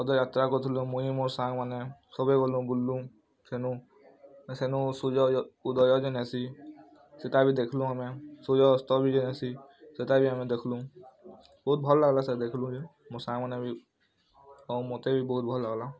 ପଦ ଯାତ୍ରା କରିଥିଲୁ ମୁଁଇ ମୋ ସାଙ୍ଗମାନେ ସବେଏ ଗଲୁ ବୁଲିଲୁ ଖେନୁ ସେନୁ ସୂର୍ଯ୍ୟ ଉଦୟ ନା ଆସି ସେଇଟା ବି ଦେଖିଲୁ ଆମେ ସୂର୍ଯ୍ୟ ଅସ୍ତ ବି ଯା ଅସି ସେଇଟା ବି ଆମେ ଦେଖିଲୁ ବହୁତ ଭଲ ଲାଗିଲା ସେଇଟା ଦେଖିଲୁ ଯେ ମୋ ସାଙ୍ଗମାନେ ବି ଆଉ ମୋତେ ବି ବହୁତ ଭଲ ଲାଗିଲା